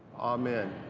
amen.